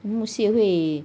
木碎会